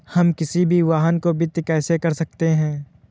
हम किसी भी वाहन को वित्त कैसे कर सकते हैं?